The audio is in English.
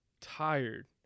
tired